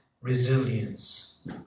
resilience